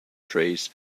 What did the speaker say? trees